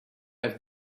have